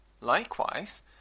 Likewise